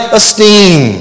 esteem